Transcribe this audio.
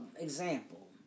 example